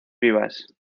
vivas